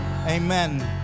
Amen